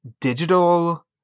digital